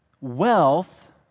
wealth